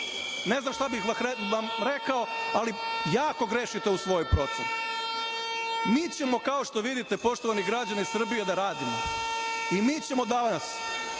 Ne znam šta bih vam rekao, ali jako grešite u svojoj proceni. Mi ćemo, kao što vidite, poštovani građani Srbije, da radimo i mi ćemo danas